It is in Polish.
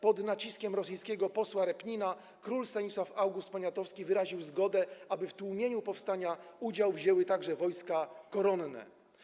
Pod naciskiem rosyjskiego posła Repnina król Stanisław August Poniatowski wyraził zgodę, aby w tłumieniu powstania udział wzięły także wojska koronne.